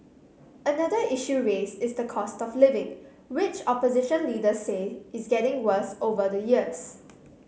another issue raised is the cost of living which opposition leader say is getting worse over the years